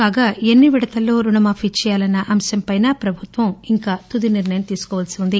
కాగా ఎన్ని విడతల్లో రుణమాఫీ చేయాలన్న అంశంపై ప్రభుత్వం ఇంకా తుదినిర్ణయం తీసుకోవాల్పి ఉంది